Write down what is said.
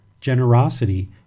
Generosity